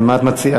ומה את מציעה?